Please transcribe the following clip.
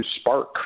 Spark